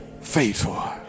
faithful